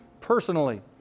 personally